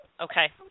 Okay